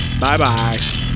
Bye-bye